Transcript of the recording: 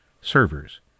servers